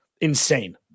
insane